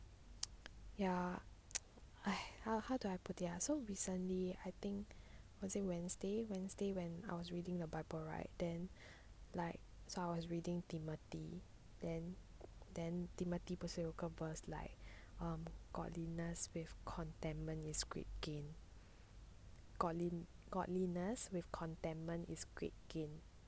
ya !hais! how to I put it so recently I think was it wednesday wednesday when I was reading the bible right then like so I was reading timothy then timothy 不是有个 verse like um godliness with contentment is great game godliness with contentment is great game